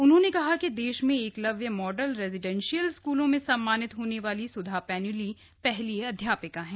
उन्होंने कहा कि देश में एकलव्य मॉडल रेजिडेंशियल स्कूलों में सम्मानित होने वाली स्धा पैन्यूली पहली अध्यापिका हैं